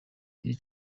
iri